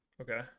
Okay